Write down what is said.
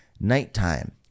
nighttime